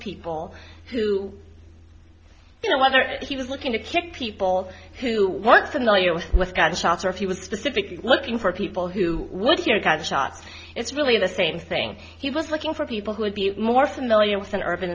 people who you know whether he was looking to kick people who wants to know you less got shots or if he was specifically looking for people who would hear gunshots it's really the same thing he was looking for people who would be more familiar with an urban